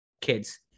kids